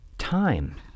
Time